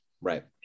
right